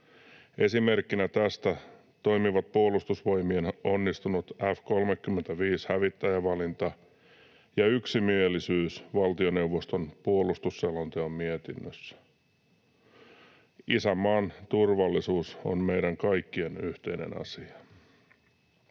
Esimerkkinä tästä toimivat Puolustusvoimien onnistunut F‑35-hävittäjävalinta ja yksimielisyys valtioneuvoston puolustusselonteon mietinnössä. Isänmaan turvallisuus on meidän kaikkien yhteinen asia.